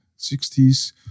60s